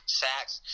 sacks